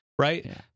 right